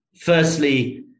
firstly